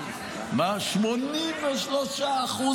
83%?